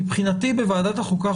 מבחינתי בוועדת החוקה,